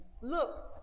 look